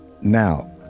Now